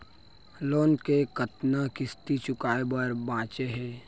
Loan के कतना किस्ती चुकाए बर बांचे हे?